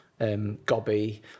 gobby